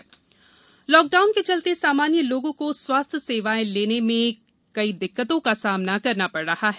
ई Sanjeevani OPD lockdown के चलते सामान्य लोगों को स्वास्थ्य सेवाएं लेने में कई दिक्कतों का सामना करना पड रहा है